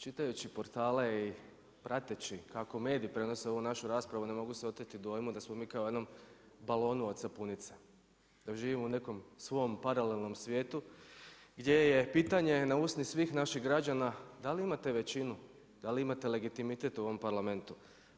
Čitajući portale i prateći kako mediji prenose ovu našu raspravu ne mogu se oteti dojmu da smo mi kao u jednom balonu od sapunice, da živimo u nekom svom paralelnom svijetu gdje je pitanje na usni svih naših građana, da li imate većinu, da li imate legitimitet u ovom Parlamentu.